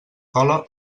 cola